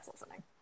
listening